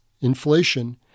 inflation